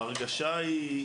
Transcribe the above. ההרגשה היא,